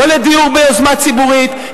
לא לדיור ביוזמה ציבורית,